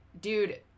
dude